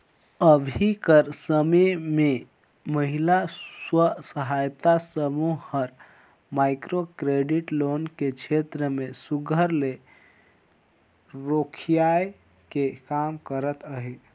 अभीं कर समे में महिला स्व सहायता समूह हर माइक्रो क्रेडिट लोन के छेत्र में सुग्घर ले रोखियाए के काम करत अहे